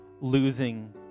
losing